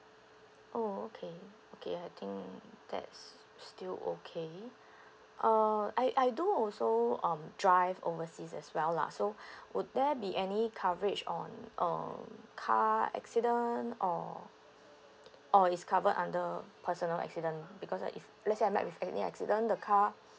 oh okay okay I think that's still okay uh I I do also um drive overseas as well lah so would there be any coverage on um car accident or or it's covered under personal accident because uh if let's say I met with any accident the car